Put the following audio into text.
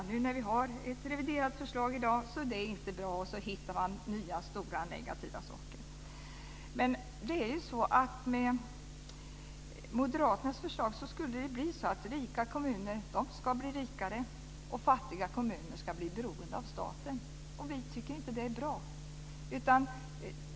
Trots att vi i dag har ett reviderat förslag är det inte bra, utan man hittar nya stora negativa saker. Med moderaternas förslag skulle det bli så att rika kommuner ska bli rikare och fattiga kommuner ska bli beroende av staten. Vi tycker inte att detta är bra.